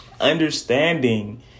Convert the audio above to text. understanding